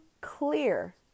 clear